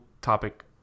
topic